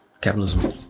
Capitalism